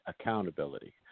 accountability